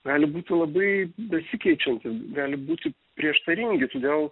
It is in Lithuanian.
gali būti labai besikeičiantys gali būti prieštaringi todėl